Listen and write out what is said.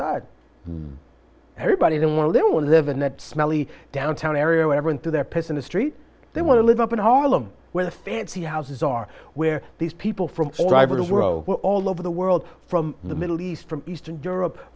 side when everybody the little one live in that smelly downtown area whatever into their peers in the street they want to live up in harlem where the fancy houses are where these people from all over the world were all over the world from the middle east from eastern europe